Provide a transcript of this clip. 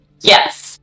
Yes